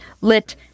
lit